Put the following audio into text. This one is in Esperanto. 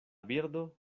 birdo